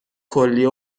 کلیه